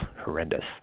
horrendous